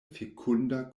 fekunda